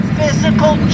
physical